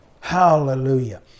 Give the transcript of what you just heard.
Hallelujah